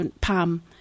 palm